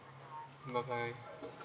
bye bye